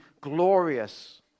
glorious